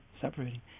separating